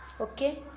Okay